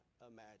imagine